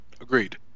Agreed